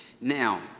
Now